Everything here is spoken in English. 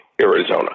Arizona